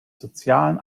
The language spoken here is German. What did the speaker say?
sozialen